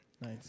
Nice